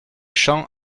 champs